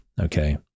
Okay